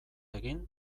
egin